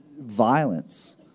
violence